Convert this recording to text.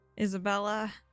Isabella